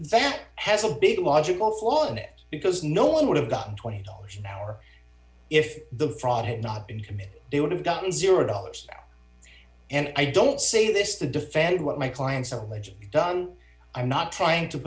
that has a big logical flaw in it because no one dollar would have gotten twenty dollars an hour if the fraud had not been committed they would have gotten zero dollars and i don't say this to defend what my clients allege done i'm not trying to